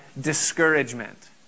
discouragement